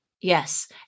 Yes